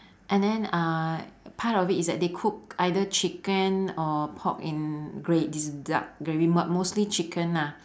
and then uh part of it is that they cook either chicken or pork in gr~ this but mostly chicken ah